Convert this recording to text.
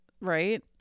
right